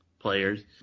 players